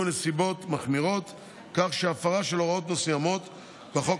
נסיבות מחמירות כך שהפרה של הוראות מסוימות בחוק,